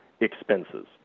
expenses